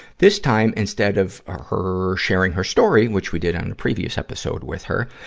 this time, instead of her sharing her story, which we did on a previous episode with her,